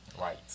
Right